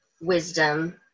wisdom